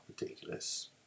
Ridiculous